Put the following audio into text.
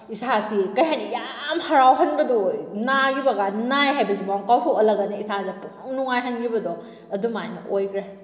ꯏꯁꯥꯁꯤ ꯀꯩ ꯍꯥꯏꯅꯤ ꯌꯥꯝ ꯍꯔꯥꯎꯍꯟꯕꯗꯣ ꯅꯥꯈꯤꯕꯒ ꯅꯥꯏ ꯍꯥꯏꯕꯁꯤꯐꯥꯎꯕ ꯀꯥꯎꯊꯣꯛꯍꯜꯂꯒꯅꯦ ꯏꯁꯥꯁꯤ ꯄꯨꯡꯅꯨꯡ ꯅꯨꯡꯉꯥꯏꯍꯟꯈꯤꯕꯗꯣ ꯑꯗꯨꯃꯥꯏꯅ ꯑꯣꯏꯈ꯭ꯔꯦ